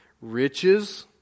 riches